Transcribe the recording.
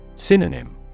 Synonym